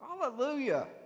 Hallelujah